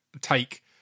take